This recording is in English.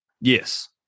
Yes